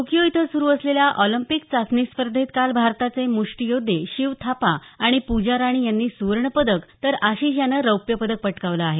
Tokyo इथं सुरु असलेल्या ऑलिंपिक चाचणी स्पर्धेत काल भारताचे म्ष्टीयोद्धे शिव थापा आणि पूजा राणी यांनी सुवर्णपदक तर आशिष यानं रौप्य पदक पटकावलं आहे